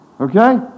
Okay